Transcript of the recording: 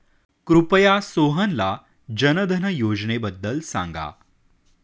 कृपया सोहनला जनधन योजनेबद्दल सांगा